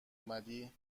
اومدی